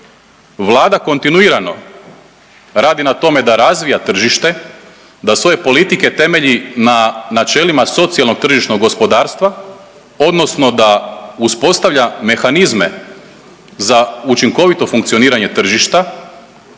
Vlada kontinuirano radi na tome da razvija tržište, da svoje politike temelji na načelima socijalnog tržišnog gospodarstva, odnosno da uspostavlja mehanizme za učinkovito funkcioniranje tržišta,